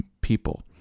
people